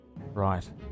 Right